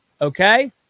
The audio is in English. Okay